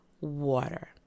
water